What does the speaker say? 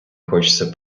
хочеться